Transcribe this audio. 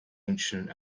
ancient